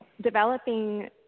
developing